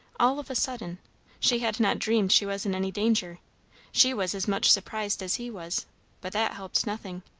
all of a sudden she had not dreamed she was in any danger she was as much surprised as he was but that helped nothing.